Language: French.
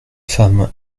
femme